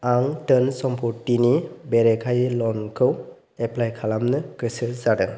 आं धोन सम्फथिनि बेरेखायै ल'नखौ एप्लाय खालामनो गोसो जादों